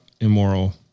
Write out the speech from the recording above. immoral